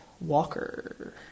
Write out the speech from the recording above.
Walker